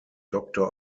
doctor